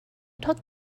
talked